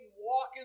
walking